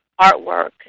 artwork